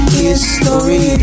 history